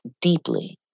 deeply